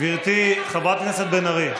גברתי חברת הכנסת בן ארי,